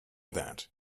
that